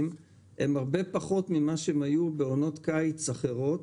הם הרבה פחות מאשר היו בעונות קיץ אחרות,